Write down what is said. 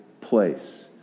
place